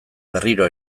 berriro